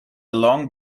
long